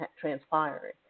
transpiring